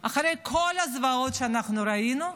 אחרי כל הזוועות שראינו,